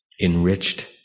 enriched